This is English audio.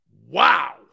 wow